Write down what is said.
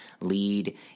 lead